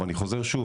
ואני חוזר שוב,